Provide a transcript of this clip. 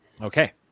okay